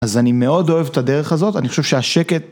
אז אני מאוד אוהב את הדרך הזאת, אני חושב שהשקט...